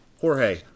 Jorge